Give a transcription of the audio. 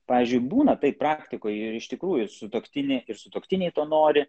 pavyzdžiui būna taip praktikoj ir iš tikrųjų sutuoktinė ir sutuoktiniai to nori